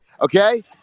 okay